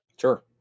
Sure